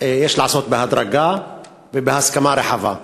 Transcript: יש לעשות בהדרגה ובהסכמה רחבה.